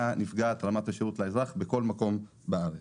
רמת השירות לאזרח הייתה נפגעת בכל מקום בארץ.